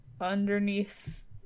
underneath